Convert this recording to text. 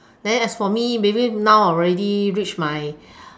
then as for me maybe now I already reach my